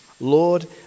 Lord